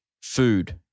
food